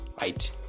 right